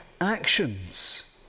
actions